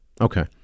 Okay